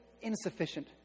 insufficient